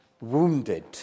wounded